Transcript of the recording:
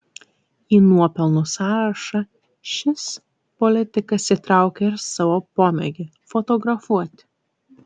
į nuopelnų sąrašą šis politikas įtraukė ir savo pomėgį fotografuoti